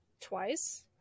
Twice